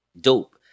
dope